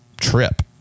trip